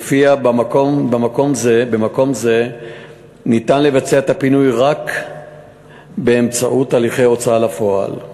שלפיה במקום זה אפשר לבצע את הפינוי רק באמצעות הליכי הוצאה לפועל.